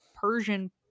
Persian